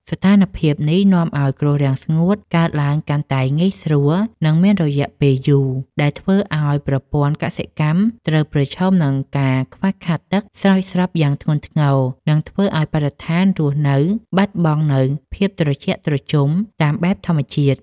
ស្ថានភាពនេះនាំឱ្យគ្រោះរាំងស្ងួតកើតឡើងកាន់តែងាយស្រួល និងមានរយៈពេលយូរ ដែលធ្វើឱ្យប្រព័ន្ធកសិកម្មត្រូវប្រឈមនឹងការខ្វះខាតទឹកស្រោចស្រពយ៉ាងធ្ងន់ធ្ងរ និងធ្វើឱ្យបរិស្ថានរស់នៅបាត់បង់នូវភាពត្រជាក់ត្រជុំតាមបែបធម្មជាតិ។